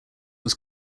was